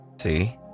see